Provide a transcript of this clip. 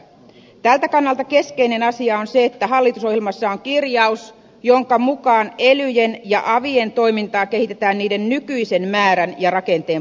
tältä kannalta keskeinen asia on se että hallitusohjelmassa on kirjaus jonka mukaan elyjen ja avien toimintaa kehitetään niiden nykyisen määrän ja rakenteen pohjalta